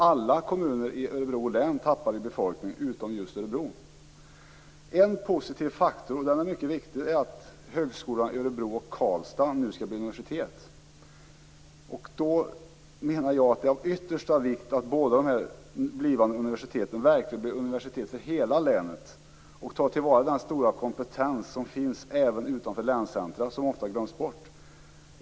Alla kommuner i Örebro län utom Örebro går tillbaka befolkningsmässigt. En mycket viktig positiv faktor är att högskolorna i Örebro och Karlstad nu skall bli universitet. Jag menar att det är av yttersta vikt att båda dessa blivande universitet verkligen blir universitet för hela länet och tar till vara den stora kompetens som finns även utanför länscentrumen men som ofta glöms bort.